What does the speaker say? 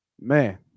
Man